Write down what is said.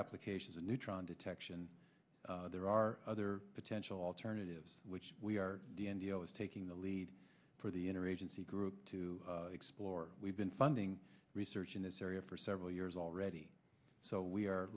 applications a neutron detection there are other potential alternatives which we are d m d s taking the lead for the inner agency group to explore we've been funding research in this area for several years already so we are